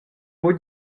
buca